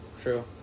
true